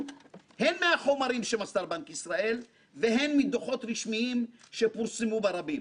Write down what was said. הן מהחומרים שמסר בנק ישראל והן מדוחות רשמיים שפורסמו ברבים.